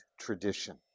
tradition